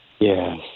Yes